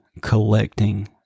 collecting